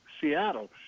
Seattle